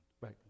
Right